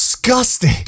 Disgusting